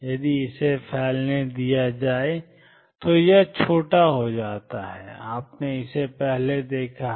यदि इसे फैलने दिया जाए तो यह छोटा हो जाता है और आपने इसे पहले देखा है